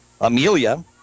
Amelia